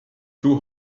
two